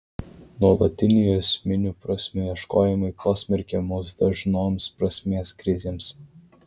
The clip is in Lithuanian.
nuolatiniai esminių prasmių ieškojimai pasmerkia mus dažnoms prasmės krizėms